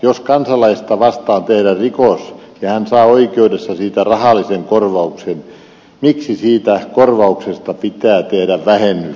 jos kansalaista vastaan tehdään rikos ja hän saa oikeudessa siitä rahallisen korvauksen miksi siitä korvauksesta pitää tehdä vähennys